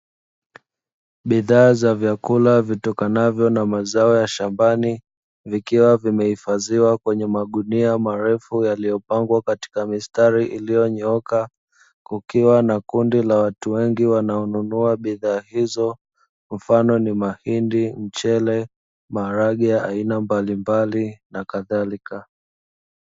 Bidhaa za vyakula zitokanazo na mazao ya mashambai zikiwa zimehifadhiwa kwenye magunia marefu na yaliyopangwa katika mistari iliyonyooka, kukiwa na kundi la watu wengi wanao nunua bidhaa hizo mfano ni mahindi, mchele, maharage aina mbalimbali na kadhalika.